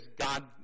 God